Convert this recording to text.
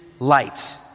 Light